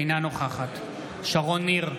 אינה נוכחת שרון ניר,